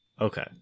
Okay